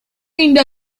being